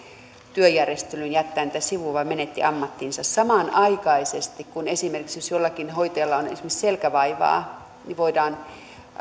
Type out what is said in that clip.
työjärjestelyin jättää niitä sivuun vaan menetti ammattinsa samanaikaisesti esimerkiksi jos jollakin hoitajalla on selkävaivaa niin voidaan